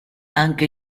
anche